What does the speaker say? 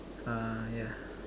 uh yeah